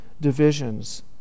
divisions